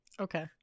Okay